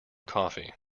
coffee